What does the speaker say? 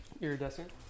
Iridescent